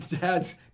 dads